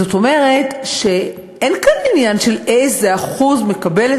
זאת אומרת שאין כאן עניין של איזה אחוז מקבלת